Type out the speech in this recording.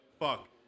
Fuck